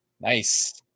Nice